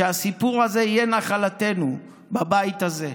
שהסיפור הזה יהיה נחלתנו בבית הזה,